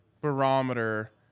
barometer